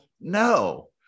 no